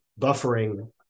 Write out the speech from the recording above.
buffering